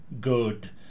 good